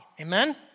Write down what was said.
Amen